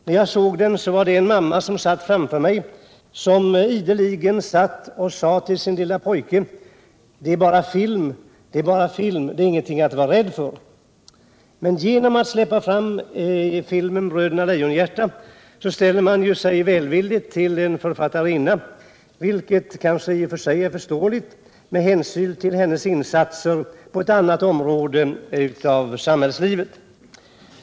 När jag såg den satt en mamma framför mig och sade ideligen till sin lille pojke: ”Det är bara film, det är ingenting att vara rädd för.” Men genom att låta sjuåringar se Bröderna Lejonhjärta ställer man sig välvillig till en författarinna, vilket kanske är förståeligt med hänsyn till hennes = Nr 48 insatser på ett annat område i samhällslivet.